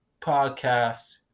podcast